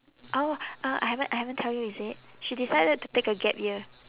oh uh I haven't I haven't tell you is it she decided to take a gap year